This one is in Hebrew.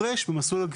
כן, מבלי לשאול אותו.